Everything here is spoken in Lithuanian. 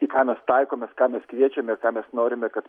į ką mes taikomės ką mes kviečiame ką mes norime kad